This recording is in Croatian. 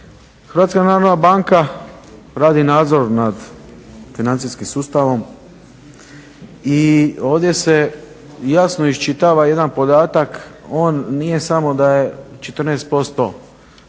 Hrvatska narodna banka radi nadzor nad financijskim sustavom i ovdje se jasno iščitava jedan podatak, on nije samo da je 14%